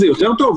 זה יותר טוב?